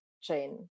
chain